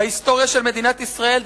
בהיסטוריה של מדינת ישראל,